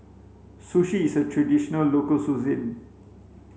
Sushi is a traditional local